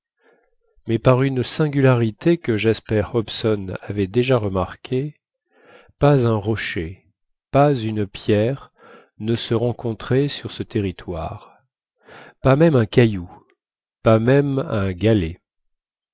mais par une singularité que jasper hobson avait déjà remarquée pas un rocher pas une pierre ne se rencontrait sur ce territoire pas même un caillou pas même un galet